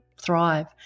thrive